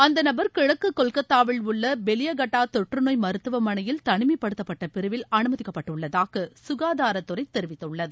அந்த நபர் கிழக்கு கொல்கத்தாவில் உள்ள பெலியகட்டா தொற்றுநோய் மருத்துவமனையில் தனிமைப்படுத்தப்பட்ட பிரிவில் அனுமதிக்கப்பட்டுள்ளதாக ககாதாரத்துறை தெரிவித்துள்ளது